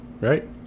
right